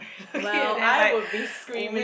well I would be screaming